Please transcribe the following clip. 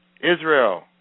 Israel